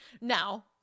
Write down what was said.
Now